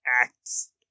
acts